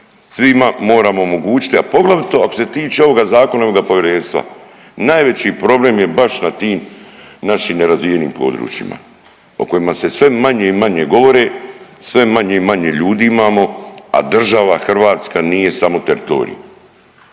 Svima moramo omogućiti, a poglavito ako se tiče ovoga zakona i ovoga povjerenstva. Najveći problem je baš na tim našim nerazvijenim područjima o kojima se sve manje i manje govori, sve manje i manje ljudi imamo, a država Hrvatska nije samo teritorij.